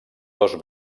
dos